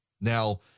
Now